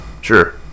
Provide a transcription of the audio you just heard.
Sure